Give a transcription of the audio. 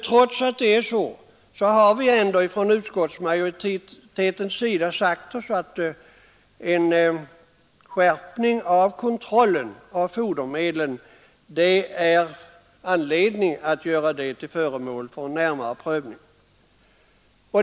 Trots detta har vi i utskottsmajoriteten sagt oss att frågan om en skärpning av kontrollen över fodermedlens innehåll av aflatoxin bör göras till föremål för närmare prövning.